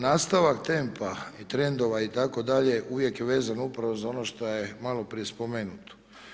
Nastavak tempa i trendova itd. uvijek je vezan upravo za ono šta je maloprije spomenuto.